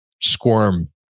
squirm